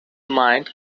mind